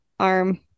arm